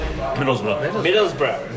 Middlesbrough